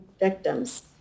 victims